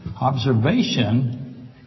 Observation